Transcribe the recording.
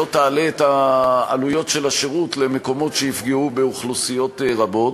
שלא תעלה את העלויות של השירות למקומות שיפגעו באוכלוסיות רבות,